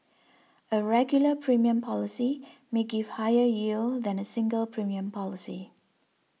a regular premium policy may give higher yield than a single premium policy